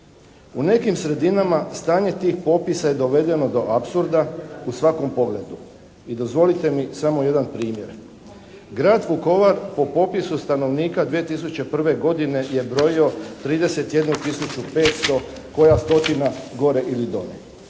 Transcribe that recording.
U nekim sredinama stanje tih popisa je dovedeno do apsurda u svakom pogledu i dozvolite mi samo jedan primjer. Grad Vukovar po popisu stanovnika 2001. godine je brojio 31 tisuću 500, koja stotina gore ili dole.